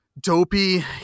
dopey